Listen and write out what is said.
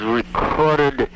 recorded